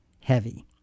heavy